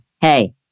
hey